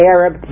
Arab